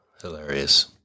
hilarious